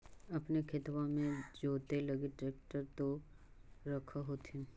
अपने खेतबा मे जोते लगी ट्रेक्टर तो रख होथिन?